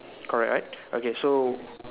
correct okay so